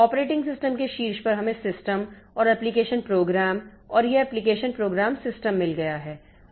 operating system के शीर्ष पर हमें सिस्टम और एप्लिकेशन प्रोग्राम और यह एप्लिकेशन प्रोग्राम सिस्टम मिल गया है